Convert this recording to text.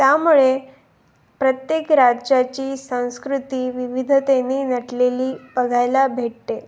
त्यामुळे प्रत्येक राज्याची संस्कृती विविधतेनी नटलेली बघायला भेटते